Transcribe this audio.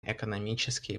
экономические